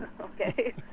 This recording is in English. okay